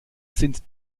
sind